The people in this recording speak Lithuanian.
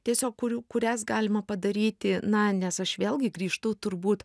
tiesiog kurių kurias galima padaryti na nes aš vėlgi grįžtu turbūt